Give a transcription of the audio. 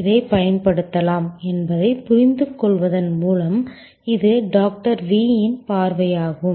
இதைப் பயன்படுத்தலாம் என்பதைப் புரிந்துகொள்வதன் மூலம் இது டாக்டர் V இன் பார்வையாகும்